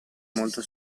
molto